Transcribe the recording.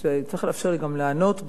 צריך לאפשר לי גם לענות,